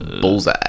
Bullseye